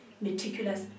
meticulous